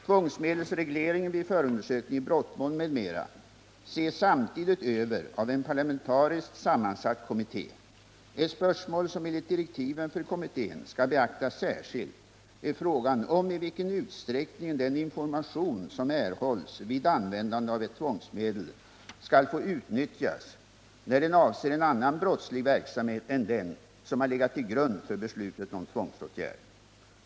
Tvångsmedelsregleringen vid förundersökning i brottmål m.m. ses samtidigt över av en parlamentariskt sammansatt kommitté. Ett spörsmål som enligt direktiven för kommittén skall beaktas särskilt är frågan om i vilken utsträckning den information som erhålls vid användande av ett tvångsmedel skall få utnyttjas när den avser en annan brottslig verksamhet än den som har legat till grund för beslutet om tvångsåtgärd.